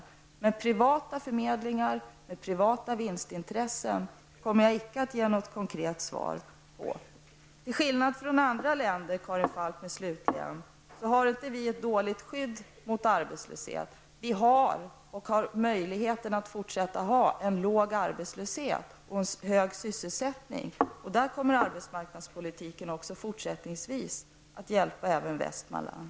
Men när det gäller privata förmedlingar med privata vinstintressen kommer jag icke att ge något konkret besked. Till skillnad från många andra länder, Karin Falkmer, har vi inte dåligt skydd mot arbetslöshet. Vi har, och kan fortsätta att ha, en låg arbetslöshet och hög sysselsättning. Där kommer arbetsmarknadspolitiken också i fortsättningen att hjälpa även Västmanland.